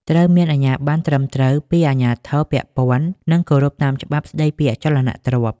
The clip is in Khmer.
ត្រូវមានអាជ្ញាបណ្ណត្រឹមត្រូវពីអាជ្ញាធរពាក់ព័ន្ធ និងគោរពតាមច្បាប់ស្តីពីអចលនទ្រព្យ។